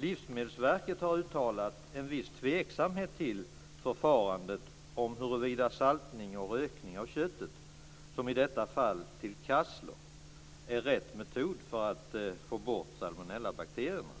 Livsmedelsverket har uttalat en viss tveksamhet till detta förfarande, alltså till att saltning och rökning av köttet, i detta fall kassler, är rätt metod för att få bort salmonellabakterierna.